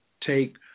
take